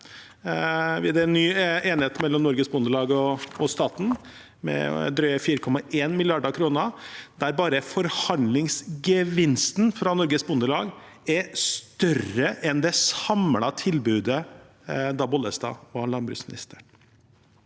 Det er en ny enighet mellom Norges Bondelag og staten på drøye 4,1 mrd. kr, der bare forhandlingsgevinsten fra Norges Bondelag er større enn det samlede tilbudet da Bollestad var landbruksminister.